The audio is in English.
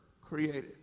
created